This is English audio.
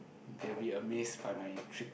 they'll be amazed by my trick